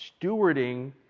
stewarding